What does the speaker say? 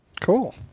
Cool